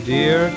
Dear